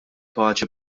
paċi